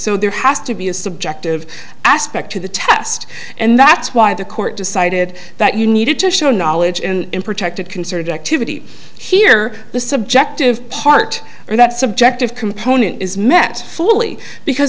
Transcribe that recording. so there has to be a subjective aspect to the test and that's why the court decided that you needed to show knowledge and protected concerted activity here the subjective part and that subjective component is met fully because